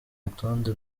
rutonde